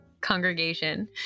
Congregation